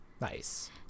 Nice